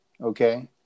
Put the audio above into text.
Okay